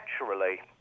naturally